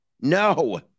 No